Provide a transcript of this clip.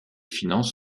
finances